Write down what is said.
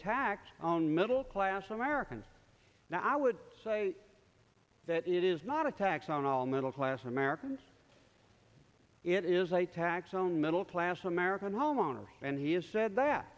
tax on middle class americans now i would say that it is not a tax on all middle class americans it is a tax on middle class american homeowners and he has said that